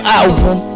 album